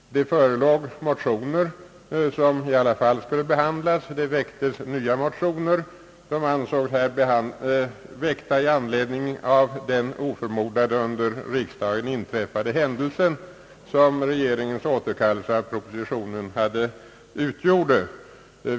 Det föreligger motioner, som i alla fall skulle behandlas, och det väcktes nya motioner, som ansågs föranledda av den oförmodade under riksdagen inträffade händelsen som regeringens återkallelse av propositionen utgjorde.